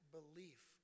belief